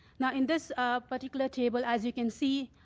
now, in this particular table, as you can see,